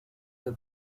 del